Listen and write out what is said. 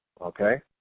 okay